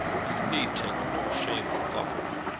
you need take no shame to love him.